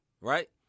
right